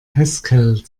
haskell